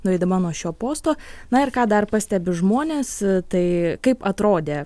nueidama nuo šio posto na ir ką dar pastebi žmonės tai kaip atrodė